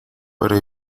para